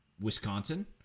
Wisconsin